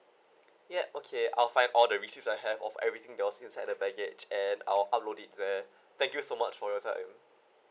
yup okay I'll find all the receipt I have of everything that was inside the baggage and I'll upload it there thank you so much for your time